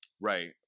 Right